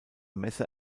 messe